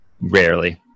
rarely